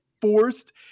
forced